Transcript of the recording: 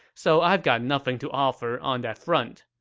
so i've got nothing to offer on that front.